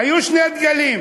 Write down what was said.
היו שני דגלים,